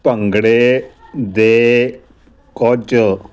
ਭੰਗੜੇ ਦੇ ਕੁਝ